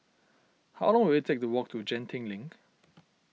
how long will it take to walk to Genting Link